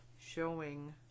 showing